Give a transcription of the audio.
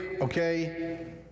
okay